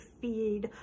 feed